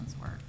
work